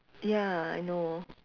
ya I know